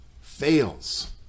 fails